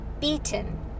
beaten